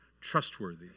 trustworthy